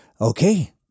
Okay